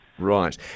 Right